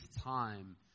time